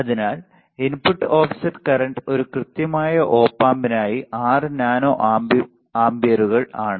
അതിനാൽ input offset current ഒരു കൃത്യമായ ഒപ് ആമ്പിനായി 6 നാനോ ആമ്പിയറുകൾ ആണ്